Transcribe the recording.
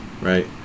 right